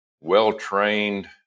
well-trained